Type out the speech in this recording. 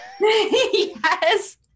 Yes